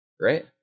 right